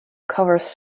covers